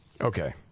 Okay